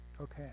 Okay